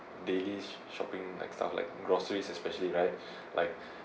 dailies shopping like stuff like groceries especially right like